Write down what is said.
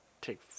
Take